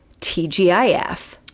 TGIF